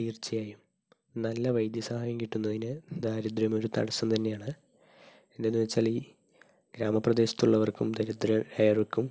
തീർച്ചയായും നല്ല വൈദ്യ സഹായം കിട്ടുന്നതിന് ദാരിദ്ര്യം ഒരു തടസ്സം തന്നെയാണ് എന്തെന്ന് വെച്ചാൽ ഈ ഗ്രാമപ്രദേശത്ത് ഉള്ളവർക്കും ദരിദ്രർ ആയവർക്കും